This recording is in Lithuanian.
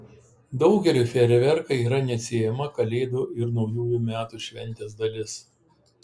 daugeliui fejerverkai yra neatsiejama kalėdų ir naujųjų metų šventės dalis